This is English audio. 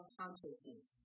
consciousness